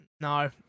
no